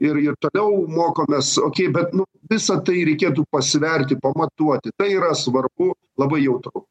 ir ir toliau mokomės okei bet nu visą tai reikėtų pasverti pamatuoti tai yra svarbu labai jautru